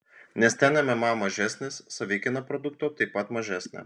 nes ten mma mažesnis savikaina produkto taip pat mažesnė